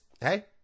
hey